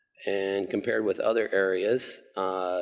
and compared with other areas,